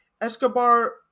Escobar